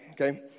Okay